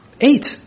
Eight